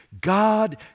God